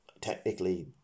Technically